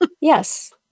Yes